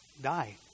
die